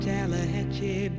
Tallahatchie